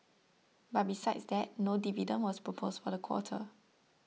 but besides that no dividend was proposed for the quarter